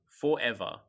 forever